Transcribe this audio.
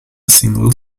single